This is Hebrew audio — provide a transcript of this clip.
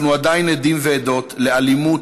אנחנו עדיין עדים ועדות לאלימות,